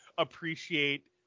appreciate